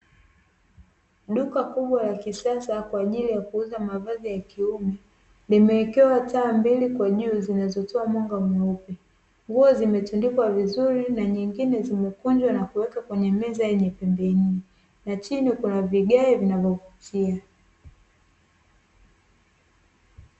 Duka kubwa la kisasa kwa ajili ya kuuza mavazi ya kiume, limewekewa taa mbili kwa juu zinazotoa mwanga mweupe. Nguo zimetundikwa vizuri na nyingine zimekunjwa na kuwekwa kwenye meza yenye pembe nne na chini kuna vigae vinavyovutia.